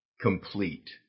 complete